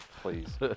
Please